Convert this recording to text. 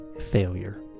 failure